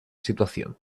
situación